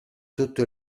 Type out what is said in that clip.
tutto